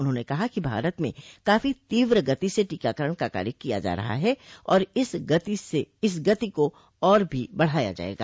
उन्होंने कहा कि भारत में काफी तीव्र गति से टीकाकरण का कार्य किया जा रहा है और इस गति से और भी बढ़ाया जायेगा